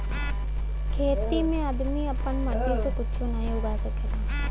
खेती में आदमी आपन मर्जी से कुच्छो नाहीं उगा सकला